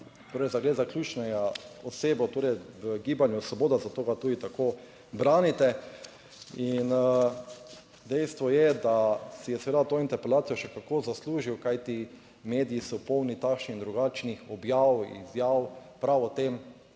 torej da gre za ključno osebo torej v Gibanju Svoboda, zato ga tudi tako branite. In dejstvo je, da si je seveda to interpelacijo še kako zaslužil, kajti mediji so polni takšnih in drugačnih objav izjav prav o tem,